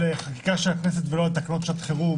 חקיקה של הכנסת ולא על תקנות שעת חירום